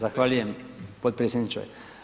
Zahvaljujem potpredsjedniče.